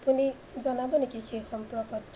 আপুনি জনাব নেকি সেই সম্পৰ্কত